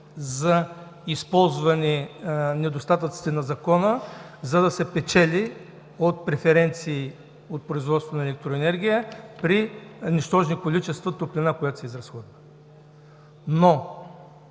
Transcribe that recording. за използване недостатъците на Закона, за да се печели от преференции от производството на електроенергия при нущожното количество топлина, което се изразходва. Моето